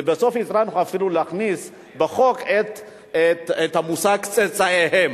ובסוף הפרענו לך אפילו להכניס בחוק את המושג "צאצאיהם".